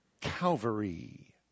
Calvary